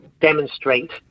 demonstrate